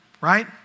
right